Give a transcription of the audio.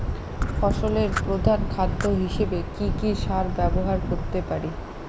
ফসলের প্রধান খাদ্য হিসেবে কি কি সার ব্যবহার করতে পারি?